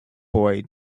boy